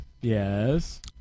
Yes